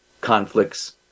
conflicts